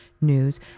news